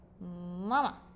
mama